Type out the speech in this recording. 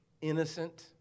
innocent